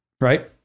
Right